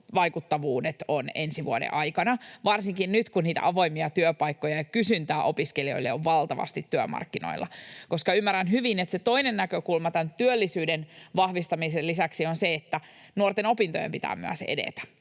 vaikuttavuudet ovat ensi vuoden aikana varsinkin nyt, kun niitä avoimia työpaikkoja ja kysyntää opiskelijoille on valtavasti työmarkkinoilla. Koska ymmärrän hyvin, että se toinen näkökulma tämän työllisyyden vahvistamisen lisäksi on se, että nuorten opintojen pitää myös edetä,